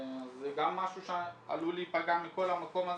אז זה גם משהו שעלול להיפגע מכל המקום הזה,